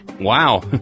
Wow